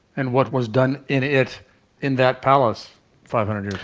and what was done in it in that palace five hundred years